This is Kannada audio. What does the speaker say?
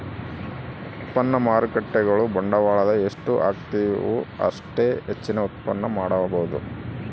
ಉತ್ಪನ್ನ ಮಾರ್ಕೇಟ್ಗುಳು ಬಂಡವಾಳದ ಎಷ್ಟು ಹಾಕ್ತಿವು ಅಷ್ಟೇ ಹೆಚ್ಚಿನ ಉತ್ಪನ್ನ ಮಾಡಬೊದು